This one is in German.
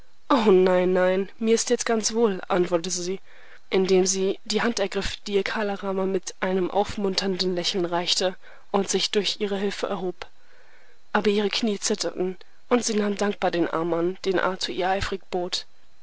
nein nein mir ist jetzt ganz wohl antwortete sie indem sie die hand ergriff die ihr kala rama mit einem aufmunternden lächeln reichte und sich durch ihre hilfe erhob aber ihre knie zitterten und sie nahm dankbar den arm an den arthur ihr eifrig bot